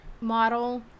model